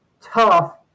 tough